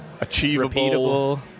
achievable